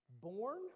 Born